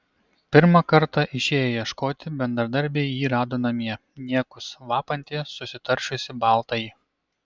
pirmą kartą išėję ieškoti bendradarbiai jį rado namie niekus vapantį susitaršiusį baltąjį